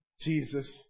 Jesus